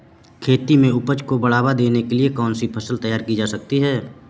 खेती में उपज को बढ़ावा देने के लिए कौन सी फसल तैयार की जा सकती है?